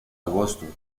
agosto